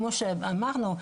כמו שאמרנו,